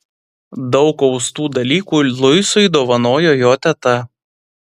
daug austų dalykų luisui dovanojo jo teta